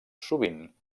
sovint